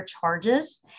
charges